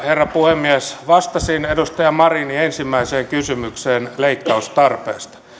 herra puhemies vastasin edustaja marinin ensimmäiseen kysymykseen leikkaustarpeesta